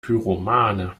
pyromane